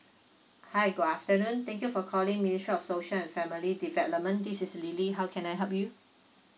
hi good afternoon thank you for calling ministry of social and family development this is lily how can I help you